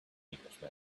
englishman